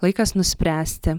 laikas nuspręsti